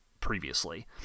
previously